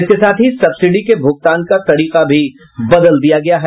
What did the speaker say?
इसके साथ ही सब्सिडी के भुगतान का तरीका भी बदल दिया गया है